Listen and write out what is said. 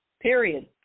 period